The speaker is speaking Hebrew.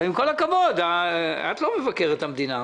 עם כל הכבוד, את לא מבקרת המדינה.